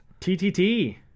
TTT